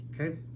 Okay